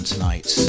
Tonight